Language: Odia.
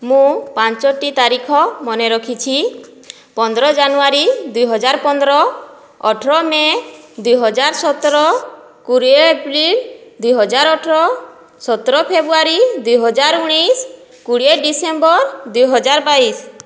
ମୁଁ ପାଞ୍ଚଟି ତାରିଖ ମନେ ରଖିଛି ପନ୍ଦର ଜାନୁଆରୀ ଦୁଇ ହଜାର ପନ୍ଦର ଅଠର ମେ ଦୁଇ ହଜାର ସତର କୋଡ଼ିଏ ଏପ୍ରିଲ ଦୁଇ ହଜାର ଅଠର ସତର ଫେବ୍ରୁଆରୀ ଦୁଇହାଜର ଉଣାଇଶ କୋଡ଼ିଏ ଡିସେମ୍ବର ଦୁଇ ହଜାର ବାଇଶ